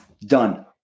done